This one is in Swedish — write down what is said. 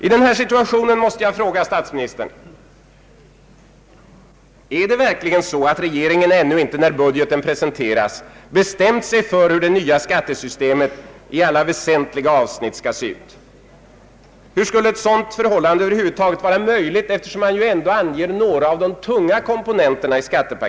I denna situation måste jag fråga statsministern: Är det verkligen så att regeringen ännu inte, när budgeten presenteras, bestämt sig för hur det nya skattesystemet i alla väsentliga avsnitt skall se ut? Hur skulle ett sådant förhållande över huvud taget vara möjligt, eftersom man ändå anger några av de tunga komponenterna i paketet?